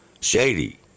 Shady